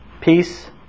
peace